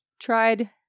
Tried